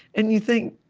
and you think,